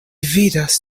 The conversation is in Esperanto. vidas